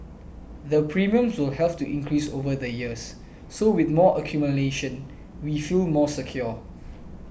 the premiums will have to increase over the years so with more accumulation we feel more secure